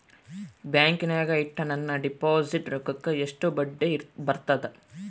ಬ್ಯಾಂಕಿನಾಗ ಇಟ್ಟ ನನ್ನ ಡಿಪಾಸಿಟ್ ರೊಕ್ಕಕ್ಕ ಎಷ್ಟು ಬಡ್ಡಿ ಬರ್ತದ?